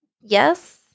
yes